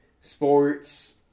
sports